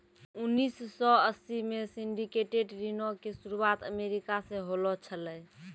उन्नीस सौ अस्सी मे सिंडिकेटेड ऋणो के शुरुआत अमेरिका से होलो छलै